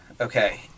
okay